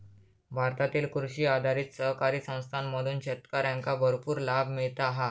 भारतातील कृषी आधारित सहकारी संस्थांमधून शेतकऱ्यांका भरपूर लाभ मिळता हा